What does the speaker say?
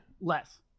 Less